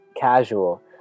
casual